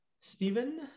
stephen